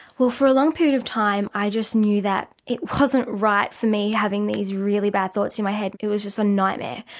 well for a long period of time i just knew that it wasn't right for me having these really bad thoughts in my head, it was just a nightmare.